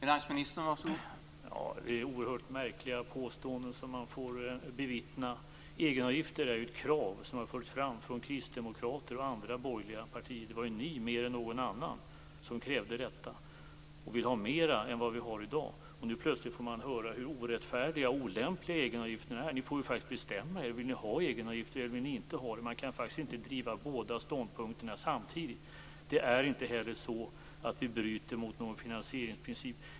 Herr talman! Det är oerhört märkliga påståenden som man får höra. Egenavgifter är ju ett krav som har förts fram från Kristdemokraterna och andra borgerliga partier. Det var ju ni som mer än några andra krävde detta - och ville ha mer än vad vi har i dag. Nu plötslig får man höra hur orättfärdiga och olämpliga egenavgifterna är. Ni får faktiskt bestämma er. Vill ni ha egenavgifter eller vill ni inte ha det? Man kan faktiskt inte driva båda ståndpunkterna samtidigt. Det är inte heller så att vi bryter mot någon finansieringsprincip.